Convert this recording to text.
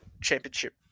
Championship